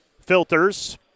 filters